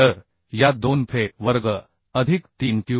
तर या दोन fe वर्ग अधिक 3 q